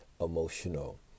emotional